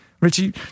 Richie